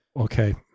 Okay